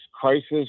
crisis